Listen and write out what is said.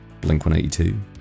Blink-182